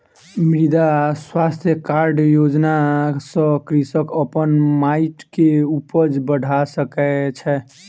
मृदा स्वास्थ्य कार्ड योजना सॅ कृषक अपन माइट के उपज बढ़ा सकै छै